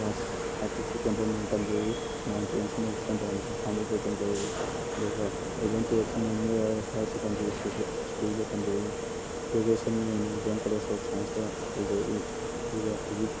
class eight ꯐꯥꯎꯁꯦ K M ꯕ꯭ꯂꯨꯃꯤꯡꯗ ꯇꯝꯖꯩ ꯅꯥꯏꯟ ꯇꯦꯟꯁꯤꯅ ꯈꯥꯉꯕꯣꯛꯇ ꯇꯝꯖꯔꯛꯏ ꯑꯗꯨꯒ ꯑꯦꯂꯕꯦꯟ ꯇꯨꯋꯦꯜꯁꯤꯅ new era higher secondary school ꯁꯤꯗ ꯁ꯭ꯀꯨꯜꯗ ꯇꯝꯖꯔꯛꯏ ꯒ꯭ꯔꯦꯖꯨꯌꯦꯁꯟꯒꯤ ꯑꯣꯏꯅ ꯗꯤ ꯑꯦꯝ ꯀꯣꯂꯦꯖ ꯑꯣꯐ ꯁꯥꯏꯟꯁꯇ ꯇꯧꯖꯔꯛꯏ ꯑꯗꯨꯒ ꯍꯧꯖꯤꯛ